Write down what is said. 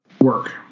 work